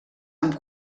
amb